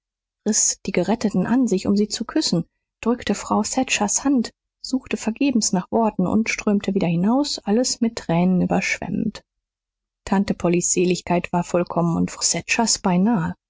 die geretteten an sich um sie zu küssen drückte frau thatchers hand suchte vergebens nach worten und strömte wieder hinaus alles mit tränen überschwemmend tante pollys seligkeit war vollkommen und frau thatchers beinahe